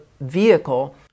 vehicle